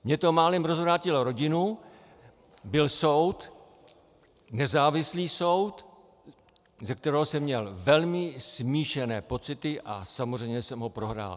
Mně to málem rozvrátilo rodinu, byl soud, nezávislý soud, ze kterého jsem měl velmi smíšené pocity a samozřejmě jsem ho prohrál.